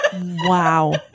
Wow